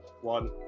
one